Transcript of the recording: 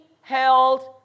held